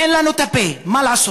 הרי אין לנו את הפ"א, מה לעשות.